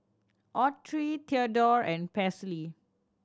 Autry Theadore and Paisley